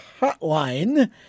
hotline